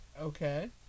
Okay